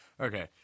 Okay